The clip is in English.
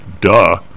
Duh